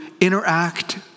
interact